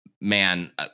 Man